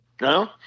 no